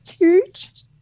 huge